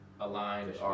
aligned